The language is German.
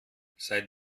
seit